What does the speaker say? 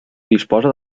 disposa